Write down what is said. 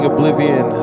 Oblivion